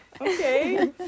okay